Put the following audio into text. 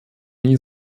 nie